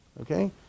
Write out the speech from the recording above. okay